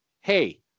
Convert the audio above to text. hey